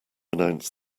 announce